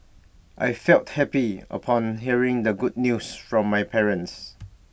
I felt happy upon hearing the good news from my parents